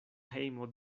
hejmo